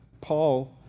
Paul